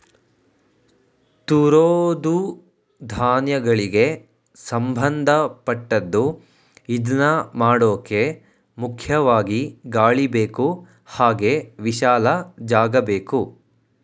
ತೂರೋದೂ ಧಾನ್ಯಗಳಿಗೆ ಸಂಭಂದಪಟ್ಟದ್ದು ಇದ್ನಮಾಡೋಕೆ ಮುಖ್ಯವಾಗಿ ಗಾಳಿಬೇಕು ಹಾಗೆ ವಿಶಾಲ ಜಾಗಬೇಕು